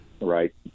right